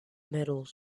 metal